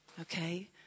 Okay